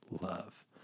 love